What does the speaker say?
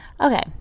okay